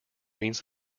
means